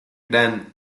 gran